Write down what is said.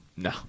No